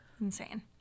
Insane